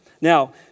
Now